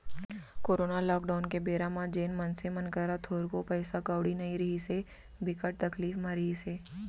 corona lockdown के बेरा म जेन मनसे मन करा थोरको पइसा कउड़ी नइ रिहिस हे, बिकट तकलीफ म रिहिस हे